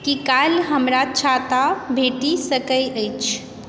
की काल्हि हमरा छाता भेटि सकै अछि